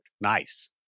Nice